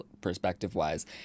perspective-wise